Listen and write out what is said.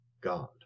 God